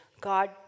God